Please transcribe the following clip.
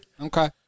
Okay